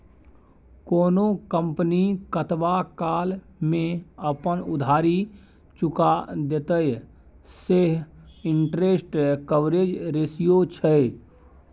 कोनो कंपनी कतबा काल मे अपन उधारी चुका देतेय सैह इंटरेस्ट कवरेज रेशियो छै